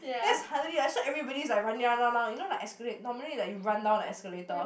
then suddenly like so everybody's like running down down down you know like escalate normally like you run down the escalator